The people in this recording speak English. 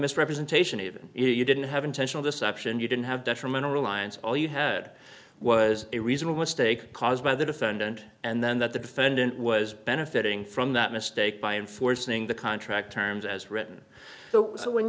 misrepresentation even if you didn't have intentional deception you didn't have detrimental reliance all you had was a reasonable stake caused by the defendant and then that the defendant was benefiting from that mistake by enforcing the contract terms as written so when